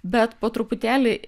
bet po truputėlį